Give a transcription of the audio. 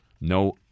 No